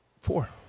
Four